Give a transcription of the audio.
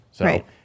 Right